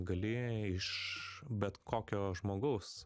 gali iš bet kokio žmogaus